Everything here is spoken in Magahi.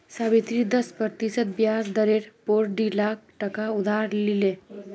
सावित्री दस प्रतिशत ब्याज दरेर पोर डी लाख टका उधार लिले